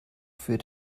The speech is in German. für